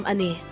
Ani